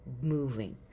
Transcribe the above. moving